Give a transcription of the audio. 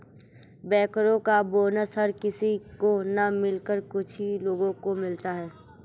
बैंकरो का बोनस हर किसी को न मिलकर कुछ ही लोगो को मिलता है